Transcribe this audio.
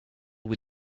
with